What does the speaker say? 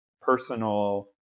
personal